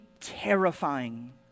terrifying